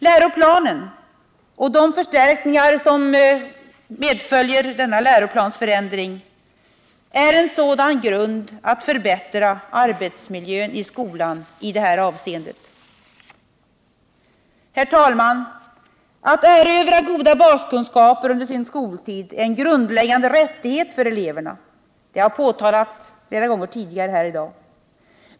Läroplanen och de förstärkningar som medföljer denna läroplansförändring är en sådan grund till förbättring av arbetsmiljön i skolan i det avseendet. Herr talman! Att erövra goda baskunskaper under sin skoltid är en grundläggande rättighet för eleverna. Detta har sagts flera gånger tidigare här i dag.